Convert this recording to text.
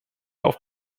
auf